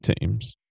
teams